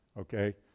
okay